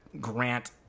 grant